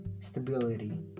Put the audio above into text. stability